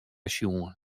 sjoen